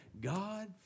God